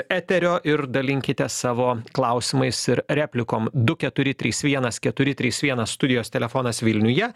eterio ir dalinkitės savo klausimais ir replikom du keturi trys vienas keturi trys vienas studijos telefonas vilniuje